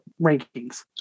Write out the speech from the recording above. rankings